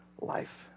life